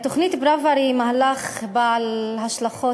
תוכנית פראוור היא מהלך בעל השלכות